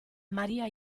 maría